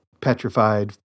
petrified